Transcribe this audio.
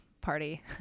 party